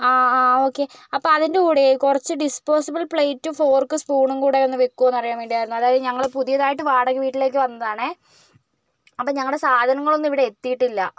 ആ ആ ഓക്കേ അപ്പോൾ അതിൻ്റെ കൂടെ കുറച്ച് ഡിസ്പോസിബിൾ പ്ലേറ്റ് ഫോർക് സ്പൂണും കൂടി വയ്ക്കുമോ എന്ന് അറിയാൻ വേണ്ടിയായിരുന്നു അതായത് നമ്മൾ പുതിയതായിട്ട് വാടക വീട്ടിലേക്ക് വന്നതാണേ അപ്പോൾ ഞങ്ങളുടെ സാധങ്ങൾ ഒന്നും ഇവിടെ എത്തിയിട്ടില്ല